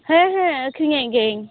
ᱦᱮᱸ ᱦᱮᱸ ᱟᱠᱷᱟᱨᱤᱧᱮᱫ ᱜᱮᱭᱟᱹᱧ